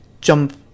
jump